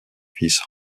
fils